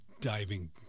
diving